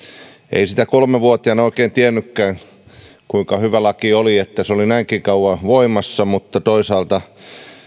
ei sitä kolme vuotiaana oikein tiennytkään kuinka hyvä laki oli että se on näinkin kauan voimassa mutta toisaalta